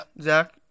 Zach